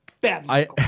Bad